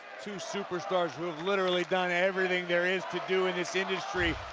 two superstars who've literally done everything there is to do in this industry,